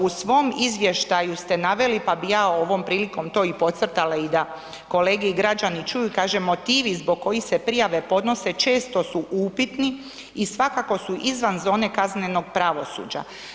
U svom izvještaju ste naveli, pa bi ja ovom prilikom to i podcrtala i da kolege i građani čuju, kaže motivi zbog kojih se prijave podnose često su upitni i svakako su izvan zone kaznenog pravosuđa.